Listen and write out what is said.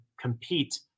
compete